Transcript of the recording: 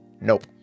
Nope